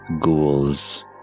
ghouls